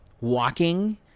walking